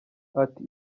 ati